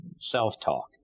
self-talk